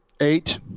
Eight